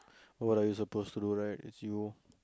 what are you suppose to do right if you